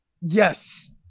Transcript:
Yes